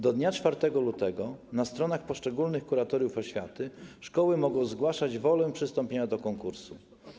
Do dnia 4 lutego na stronach poszczególnych kuratoriów oświaty szkoły mogą zgłaszać wolę przystąpienia do konkursu.